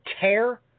tear